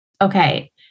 okay